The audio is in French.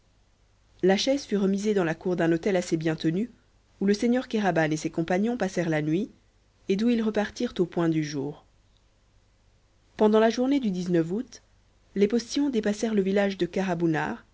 la chaise fut remisée dans la cour d'un hôtel assez bien tenu où le seigneur kéraban et ses compagnons passèrent la nuit et d'où ils repartirent au point du jour pendant la journée du août les postillons dépassèrent le village de